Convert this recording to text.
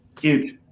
huge